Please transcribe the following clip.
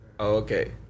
okay